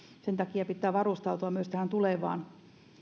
sen takia pitää varustautua myös tähän tulevaan